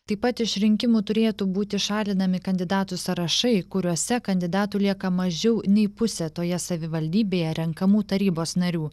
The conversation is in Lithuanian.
taip pat iš rinkimų turėtų būti šalinami kandidatų sąrašai kuriuose kandidatų lieka mažiau nei pusė toje savivaldybėje renkamų tarybos narių